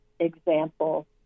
Example